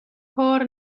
کار